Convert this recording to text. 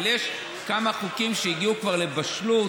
אבל יש כמה חוקים שהגיעו כבר לבשלות